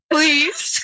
Please